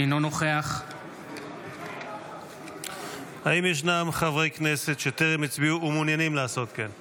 אינו נוכח האם ישנם חברי כנסת שטרם הצביעו ומעוניינים לעשות כן?